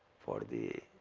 for the,